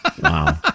Wow